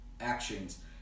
actions